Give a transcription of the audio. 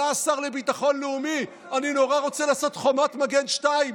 עלה השר לביטחון לאומי: אני נורא רוצה לעשות חומת מגן 2,